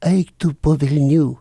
eik tu po velnių